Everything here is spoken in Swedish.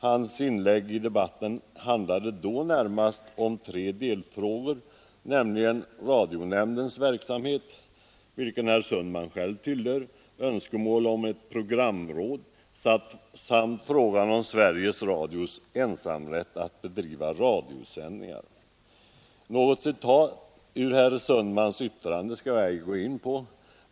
Hans inlägg i debatten handlade då närmast om tre delfrågor, nämligen verksamheten inom radionämnden, vilken herr Sundman själv tillhör, önskemålen om ett programråd samt frågan om Sveriges Radios ensamrätt att bedriva radioutsändningar. Några citat ur herr Sundmans yttrande skall jag ej gå in på.